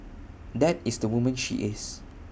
that is the woman she is